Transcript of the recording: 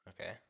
Okay